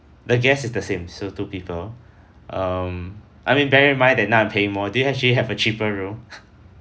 the guests is the same so two people um I mean bear in mind that now I'm paying more do you actually have a cheaper room